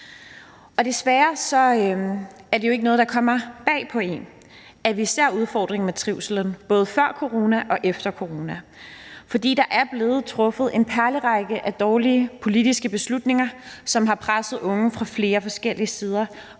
Desværre er det ikke noget, der kommer bag på en, at vi ser udfordringen med trivsel både før corona og efter corona, for der er blevet truffet en perlerække af dårlige politiske beslutninger, som har presset unge fra flere forskellige sider,